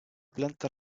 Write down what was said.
planta